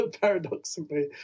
paradoxically